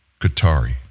Qatari